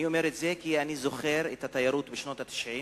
אני אומר את זה כי אני זוכר את התיירות בשנות ה-90.